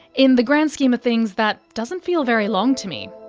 in the grand scheme of things that doesn't feel very long to me.